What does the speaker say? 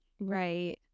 Right